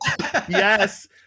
Yes